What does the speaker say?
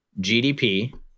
GDP